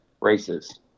races